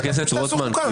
חבר הכנסת רוטמן,